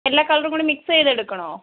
എല്ലാ കളറും കൂടി മിക്സ് ചെയ്തെടുക്കണോ